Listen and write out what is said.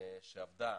שעבדה